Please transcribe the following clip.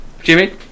Jimmy